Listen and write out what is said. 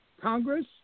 Congress